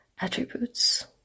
attributes